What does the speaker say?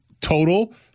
total